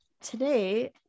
Today